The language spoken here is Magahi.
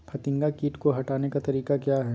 फतिंगा किट को हटाने का तरीका क्या है?